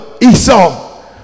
Esau